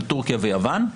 על טורקיה ויוון,